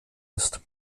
ist